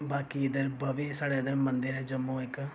बाकी इद्धर बाह्वे स्हाड़े इद्धर मंदर ऐ जम्मू इक